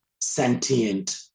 sentient